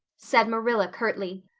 said marilla curtly.